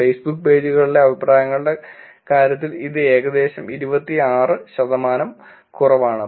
Facebook പേജുകളിലെ അഭിപ്രായങ്ങളുടെ കാര്യത്തിൽ ഇത് ഏകദേശം 26 ശതമാനം കുറവാണ്